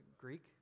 Greek